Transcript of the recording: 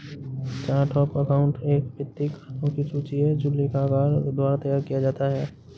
chart of account एक वित्तीय खातों की सूची है जो लेखाकार द्वारा तैयार की जाती है